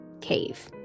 cave